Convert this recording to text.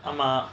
ஆமா:aama